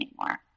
anymore